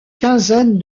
quinzaine